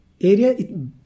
Area